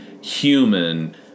human